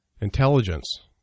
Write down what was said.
intelligence